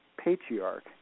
patriarch